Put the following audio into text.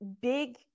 big